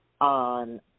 on